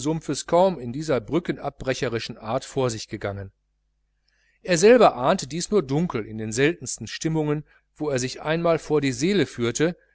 kaum in dieser brückenabbrecherischen art vor sich gegangen er selber ahnte dies nur dunkel in den seltenen stimmungen wo er sich einmal vor die seele führte